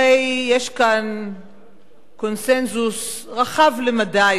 הרי יש כאן קונסנזוס רחב למדי,